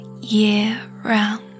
year-round